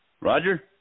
Roger